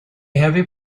heavy